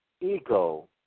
ego